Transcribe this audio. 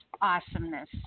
Awesomeness